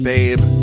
Babe